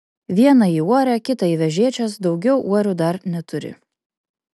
vieną į uorę kitą į vežėčias daugiau uorių dar neturi